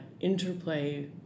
interplay